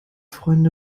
freunde